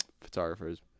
Photographers